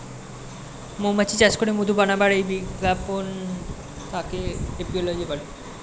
মৌমাছি চাষ করে মধু বানাবার যেই বিজ্ঞান তাকে এপিওলোজি বলে